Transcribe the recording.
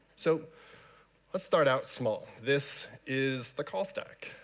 so let's start out small. this is the call stack.